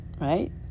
right